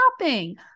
shopping